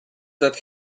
that